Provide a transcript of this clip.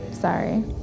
Sorry